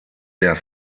der